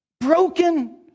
Broken